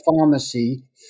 pharmacy